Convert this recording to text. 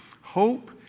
Hope